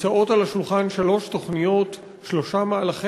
לנו יש שתי בעיות עקרוניות בנושא הגז.